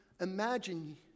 Imagine